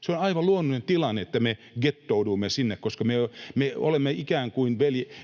Se on aivan luonnollinen tilanne, että me gettoudumme sinne, koska me olemme ikään kuin